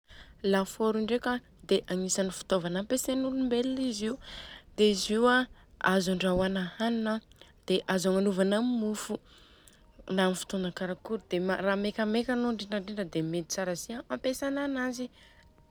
Lafôrô ndreka a dia agnisany fitaovana ampiasain'olombelona izy io. Dia izy io a azo andrahoana hanina dia azo agnanovana mofo, na amin'ny fotoana karakory dia raha mekameka anô indrindrindra dia mety tsara si ampiasaina ananjy.